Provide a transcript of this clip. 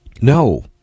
No